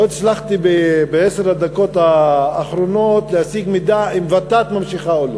לא הצלחתי בעשר הדקות האחרונות להשיג מידע אם ות"ת ממשיכה או לא,